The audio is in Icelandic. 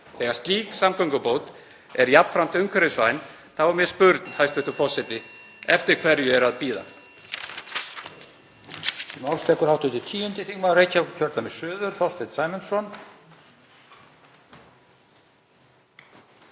Þegar slík samgöngubót er jafnframt umhverfisvæn þá er mér spurn, hæstv. forseti: Eftir hverju er að bíða?